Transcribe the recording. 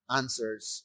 answers